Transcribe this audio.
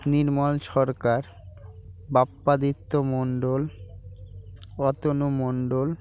Nirmal Sarkar Bappaditya Mondal Atanu Mondal